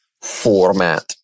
format